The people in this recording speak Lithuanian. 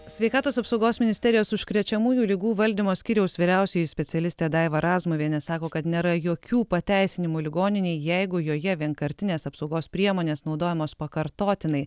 sveikatos apsaugos ministerijos užkrečiamųjų ligų valdymo skyriaus vyriausioji specialistė daiva razmuvienė sako kad nėra jokių pateisinimų ligoninei jeigu joje vienkartinės apsaugos priemonės naudojamos pakartotinai